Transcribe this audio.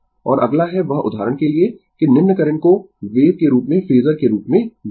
और अगला है वह उदाहरण के लिए कि निम्न करंट को वेव के रूप में फेजर के रूप में जोड़ें